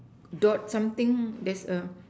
dot something there's a